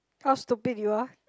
how stupid you are